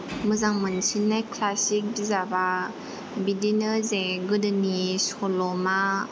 मोजां मोनसिननाय क्लासिक बिजाबा बिदिनो जे गोदोनि सलमा